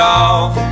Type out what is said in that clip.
off